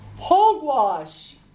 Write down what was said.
hogwash